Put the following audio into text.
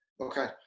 Okay